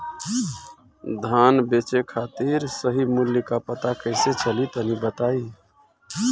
धान बेचे खातिर सही मूल्य का पता कैसे चली तनी बताई?